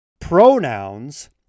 pronouns